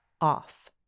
off